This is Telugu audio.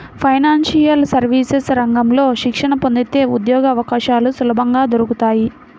ఫైనాన్షియల్ సర్వీసెస్ రంగంలో శిక్షణ పొందితే ఉద్యోగవకాశాలు సులభంగా దొరుకుతాయి